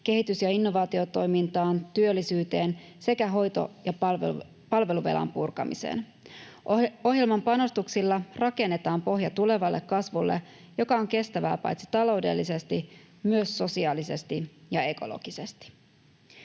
kehitys- ja innovaatiotoimintaan, työllisyyteen sekä hoito- ja palveluvelan purkamiseen. Ohjelman panostuksilla rakennetaan pohja tulevalle kasvulle, joka on kestävää paitsi taloudellisesti myös sosiaalisesti ja ekologisesti.